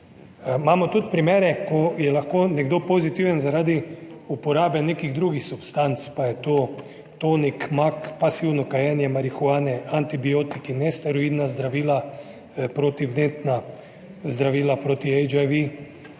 Imamo tudi primere, ko je lahko nekdo pozitiven zaradi uporabe nekih drugih substanc, pa je to, to nek mak, pasivno kajenje marihuane, antibiotiki, nesteroidna zdravila, protivnetna zdravila proti GV,